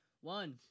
One